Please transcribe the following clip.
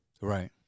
Right